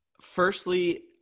Firstly